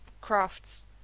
crafts